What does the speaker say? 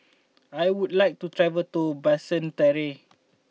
I would like to travel to Basseterre